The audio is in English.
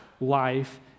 life